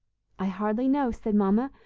i hardly know, said mama,